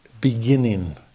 beginning